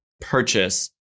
purchase